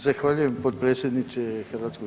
Zahvaljujem potpredsjedniče HS.